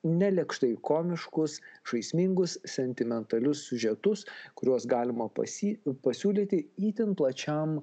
nelėkštai komiškus žaismingus sentimentalius siužetus kuriuos galima pasy pasiūlyti itin plačiam